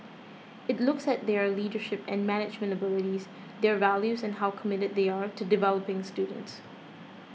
it looks at their leadership and management abilities their values and how committed they are to developing students